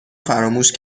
فراموش